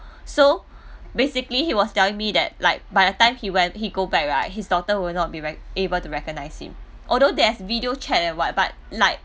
so basically he was telling me that like by the time he went he go back right his daughter will not be rec~ able to recognise him although there's video chat and what but like